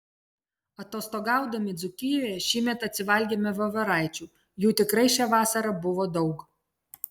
atostogaudami dzūkijoje šįmet atsivalgėme voveraičių jų tikrai šią vasarą buvo daug